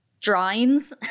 drawings